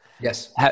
Yes